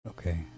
Okay